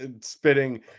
spitting